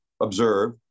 observe